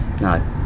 No